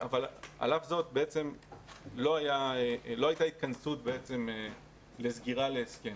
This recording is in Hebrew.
על אף זאת לא הייתה התכנסות לסגירה להסכם.